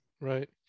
Right